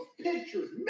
pictures